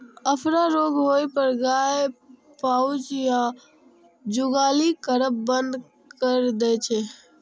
अफरा रोग होइ पर गाय पाउज या जुगाली करब बंद कैर दै छै